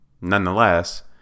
Nonetheless